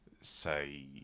say